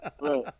Right